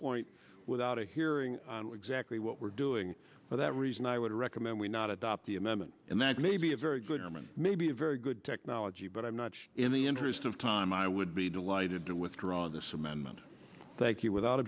point without a hearing exactly what we're doing for that reason i would recommend we not adopt the amendment and that may be a very good i mean maybe a very good technology but i'm not sure in the interest of time i would be delighted to withdraw this amendment thank you without